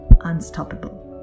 unstoppable